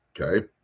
Okay